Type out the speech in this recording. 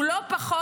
הוא לא פחות